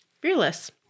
Fearless